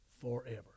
forever